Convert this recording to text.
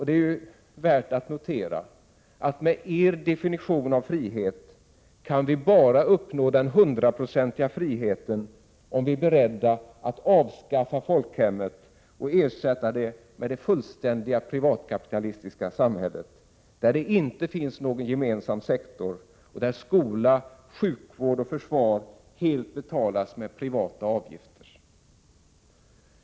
Det är värt att notera, att med er definition av frihet kan vi bara uppnå den 100-procentiga friheten om vi är beredda att avskaffa folkhemmet och ersätta det med det fullständiga privatkapitalistiska samhället, där det inte finns någon gemensam sektor, där skola, sjukvård och försvar helt betalas med privata avgifter.